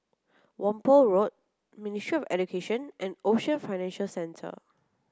Whampoa Road Ministry Education and Ocean Financial Centre